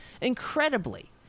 incredibly